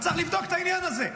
שצריך לבדוק את העניין הזה.